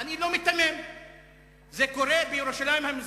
אני עושה מאמצים רבים,